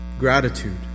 gratitude